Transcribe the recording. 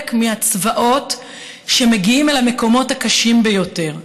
מהצבאות שמגיעים אל המקומות הקשים ביותר.